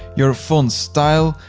your phone style,